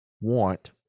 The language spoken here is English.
want